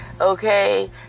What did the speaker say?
okay